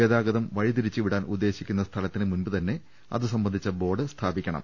ഗതാഗതം വഴിതിരിച്ചു വിടാൻ ഉദ്ദേശിക്കുന്ന സ്ഥലത്തിന് മുമ്പുതന്നെ അതുസംബന്ധിച്ച ബോർഡ് സ്ഥാപിക്കണം